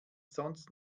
sonst